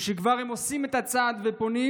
או שכבר הם עושים את הצעד ופונים,